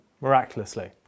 miraculously